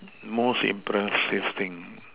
most impressive thing